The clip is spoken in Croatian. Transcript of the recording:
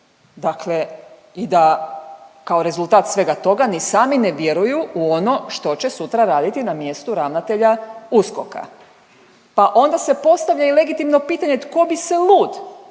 dakle i da kao rezultat svega toga ni sami ne vjeruju u ono što će sutra raditi na mjestu ravnatelja USKOK-a. Pa onda se postavlja i legitimno pitanje tko bi se lud